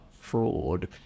fraud